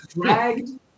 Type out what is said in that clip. dragged